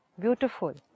beautiful